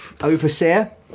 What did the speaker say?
overseer